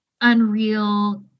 unreal